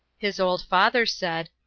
his old father said,